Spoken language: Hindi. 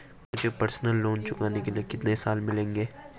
मुझे पर्सनल लोंन चुकाने के लिए कितने साल मिलेंगे?